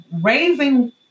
Raising